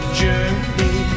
journey